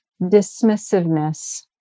dismissiveness